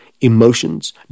emotions